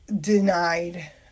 denied